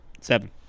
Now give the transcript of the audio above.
seven